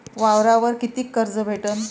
वावरावर कितीक कर्ज भेटन?